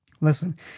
Listen